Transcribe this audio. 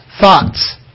thoughts